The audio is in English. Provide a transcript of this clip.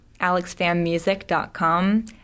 alexfammusic.com